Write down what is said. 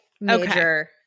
major